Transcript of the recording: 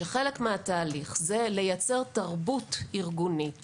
שחלק מהתהליך הוא לייצר תרבות ארגונית